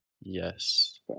Yes